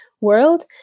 world